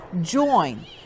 JOIN